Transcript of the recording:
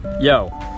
Yo